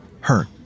hurt